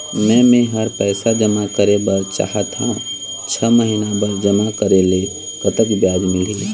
मे मेहर पैसा जमा करें बर चाहत हाव, छह महिना बर जमा करे ले कतक ब्याज मिलही?